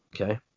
okay